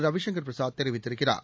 ரவிசங்கர் பிரசாத் தெரிவித்திருக்கிறார்